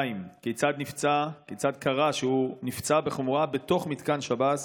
2. כיצד קרה שהוא נפצע בחומרה בתוך מתקן שב"ס?